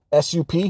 sup